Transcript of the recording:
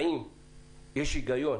האם יש היגיון